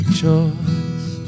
choice